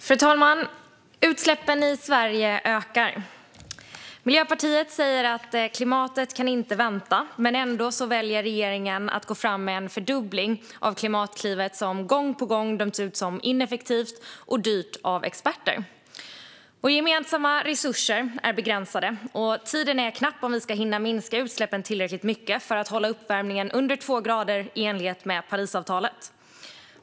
Fru talman! Utsläppen i Sverige ökar. Miljöpartiet säger att klimatet inte kan vänta. Ändå väljer regeringen att gå fram med en fördubbling av Klimatklivet, som gång på gång dömts ut som ineffektivt och dyrt av experter. Våra gemensamma resurser är begränsade, och tiden är knapp om vi ska hinna minska utsläppen tillräckligt mycket för att hålla uppvärmningen under två grader i enlighet med Parisavtalet.